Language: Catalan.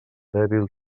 dèbil